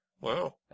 Wow